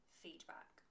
feedback